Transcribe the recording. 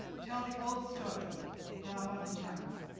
tell the old story for our modern times.